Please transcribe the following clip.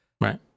Right